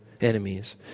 enemies